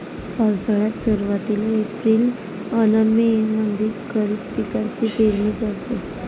पावसाळ्याच्या सुरुवातीले एप्रिल अन मे मंधी खरीप पिकाची पेरनी करते